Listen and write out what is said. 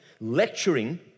lecturing